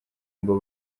ngo